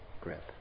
grip